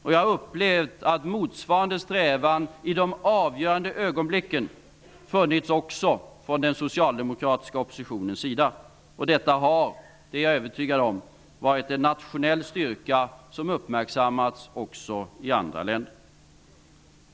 Och jag har upplevt att motsvarande strävan i de avgörande ögonblicken funnits också hos den socialdemokratiska oppositionen. Jag är övertygad om att detta har varit en nationell styrka som har uppmärksammats också i andra länder.